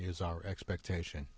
is our expectation